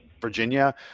Virginia